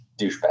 douchebag